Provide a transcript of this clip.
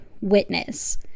witness